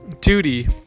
duty